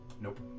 Nope